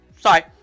Sorry